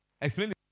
Explain